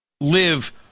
live